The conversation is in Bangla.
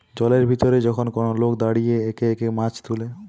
জলের ভিতরে যখন কোন লোক দাঁড়িয়ে একে একে মাছ তুলে